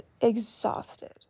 exhausted